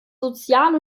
sozial